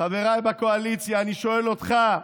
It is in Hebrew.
חבריי בקואליציה, ואני שואל אותך,